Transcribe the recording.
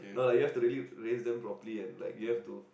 no lah you have to really raise them properly and like you have to